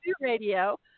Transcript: radio